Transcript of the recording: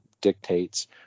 dictates